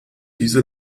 diese